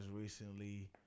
recently